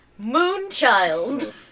Moonchild